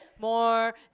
more